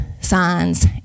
signs